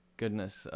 goodness